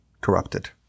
corrupted